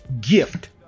gift